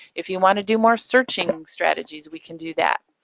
if you want to do more searching strategies, we can do that.